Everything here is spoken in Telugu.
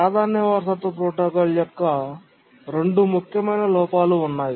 ప్రాధాన్యత వారసత్వ ప్రోటోకాల్ యొక్క రెండు ముఖ్యమైన లోపాలు ఉన్నాయి